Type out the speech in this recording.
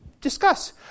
discuss